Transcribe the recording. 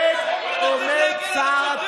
איך אתה לא מתבייש?